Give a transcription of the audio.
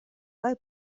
kaj